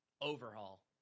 overhaul